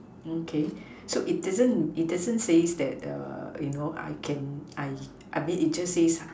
okay so it doesn't it doesn't say that err you know I can I I mean it just says